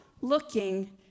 looking